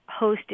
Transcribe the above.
hosted